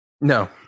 No